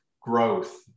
growth